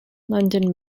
london